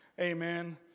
amen